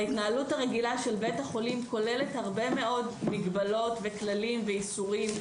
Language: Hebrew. ההתנהלות הרגילה של בית החולים כוללת הרבה מאוד מגבלות וכללים ואיסורים,